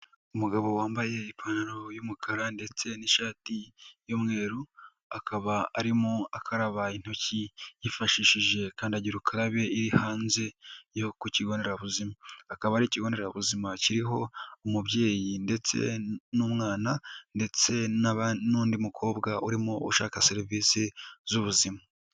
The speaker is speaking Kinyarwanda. Umugabo wambaye ipantaro y'umukara ndetse n'ishati ymweru, akaba arimo akaba intoki yifashishije akandagira ukarabe iri hanze yo ku kigo nderabuzima, akaba ari ikigo nderabuzima kikiriho umubyeyi ndetse n'umwana ndetse n'undi mukobwa urimo ushaka serivisi z'ubuzima.